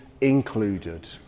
included